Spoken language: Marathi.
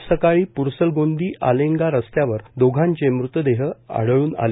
आज सकाळी पुरसलगोंदी आलेंगा रस्त्यावर दोघांचे मृतदेह आढळून आले